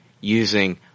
using